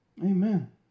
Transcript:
Amen